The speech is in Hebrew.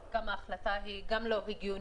עד כמה ההחלטה היא גם לא הגיונית,